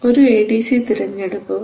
ഒരു A D C തിരഞ്ഞെടുക്കുക